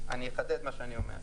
אחדד את מה שאני אומר.